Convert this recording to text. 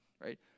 right